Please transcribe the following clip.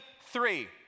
three